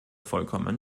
vollkommen